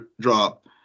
drop